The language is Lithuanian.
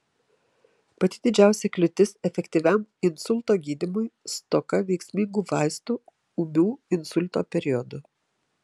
pati didžiausia kliūtis efektyviam insulto gydymui stoka veiksmingų vaistų ūmiu insulto periodu